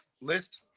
list